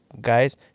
guys